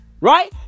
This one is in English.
Right